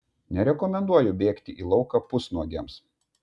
nerekomenduoju bėgti į lauką pusnuogiams